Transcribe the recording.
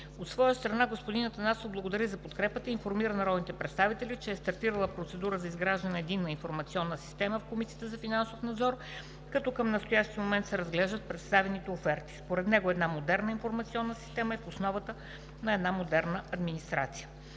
От своя страна господин Атанасов благодари за подкрепата и информира народните представители, че е стартирала процедурата за изграждане на единна информационна система в Комисията за финансов надзор, като към настоящия момент се разглеждат представените оферти. Според него една модерна информационна система е в основата на една модерна администрация.